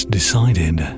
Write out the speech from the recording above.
decided